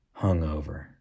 hungover